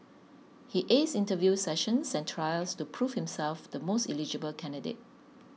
he aced interview sessions and trials to prove himself the most eligible candidate